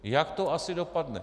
Jak to asi dopadne?